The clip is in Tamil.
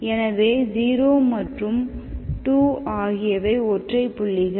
எனவே 0 மற்றும் 2 ஆகியவை ஒற்றை புள்ளிகள்